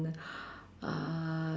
uh